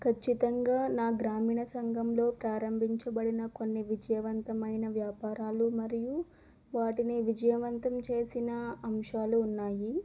ఖచ్చితంగా నా గ్రామీణ సంఘంలో ప్రారంభించబడిన కొన్ని విజయవంతమైన వ్యాపారాలు మరియు వాటిని విజయవంతం చేసిన అంశాలు ఉన్నాయి